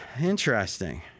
Interesting